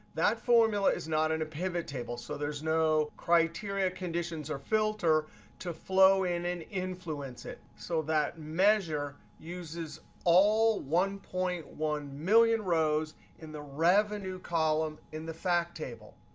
that formula is not in a pivot table, so there's no criteria, conditions, or filter to flow in and influence it. so that measure uses all one point one million rows in the revenue column in the fact table.